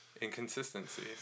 inconsistency